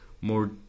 more